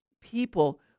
people